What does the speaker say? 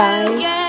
guys